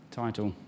title